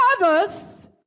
others